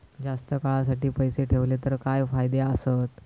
जास्त काळासाठी पैसे ठेवले तर काय फायदे आसत?